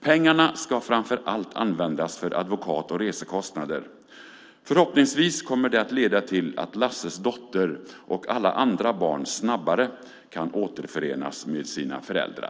Pengarna ska framför allt användas för advokat och resekostnader. Förhoppningsvis kommer det att leda till att Lasses dotter och alla andra barn snabbare kan återförenas med sina föräldrar.